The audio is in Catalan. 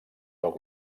del